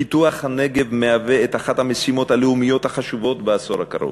פיתוח הנגב הוא אחת המשימות הלאומיות החשובות בעשור הקרוב,